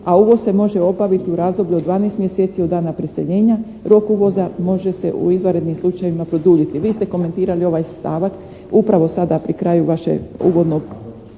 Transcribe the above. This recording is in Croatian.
a uvoz se može obaviti u razdoblju od 12 mjeseci od dana preseljenja. Rok uvoza može se u izvanrednim slučajevima produljiti." Vi ste komentirali ovaj stavak upravo sada pri kraju vašeg uvodnog